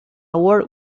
world